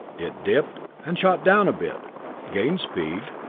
it dipped, and shot down a bit gained speed,